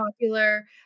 popular